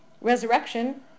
Resurrection